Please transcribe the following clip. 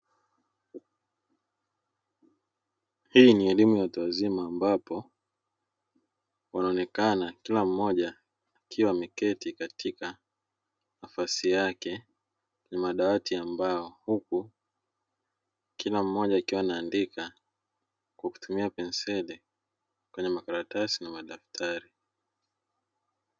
Hii ni elimu ya watu wazima, ambapo wanaonekana kila mmoja akiwa ameketi katika nafasi yake, ni madawati ya mbao huku kila mmoja akiwa anaandika kwa kutumia penseli kwenye makaratasi na madaftari.